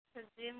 अच्छा जिम